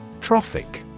Trophic